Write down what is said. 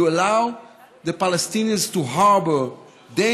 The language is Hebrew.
you allow the Palestinians to harbor dangerous,